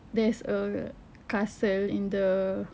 there's a castle in the